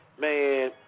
man